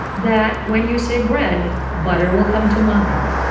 that when you say bread, butter will come to mind.